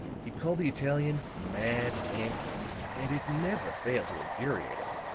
he'd call the italian mad anthony and it never failed to infuriate him.